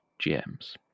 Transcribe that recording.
gms